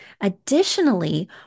Additionally